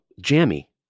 jammy